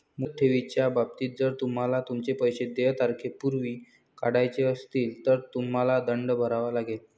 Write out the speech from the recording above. मुदत ठेवीच्या बाबतीत, जर तुम्हाला तुमचे पैसे देय तारखेपूर्वी काढायचे असतील, तर तुम्हाला दंड भरावा लागेल